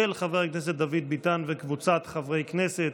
של חבר הכנסת דוד ביטן וקבוצת חברי הכנסת.